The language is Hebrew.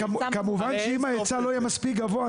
כמובן שאם ההיצע לא יהיה מספיק גבוה,